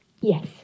Yes